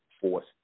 force